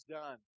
done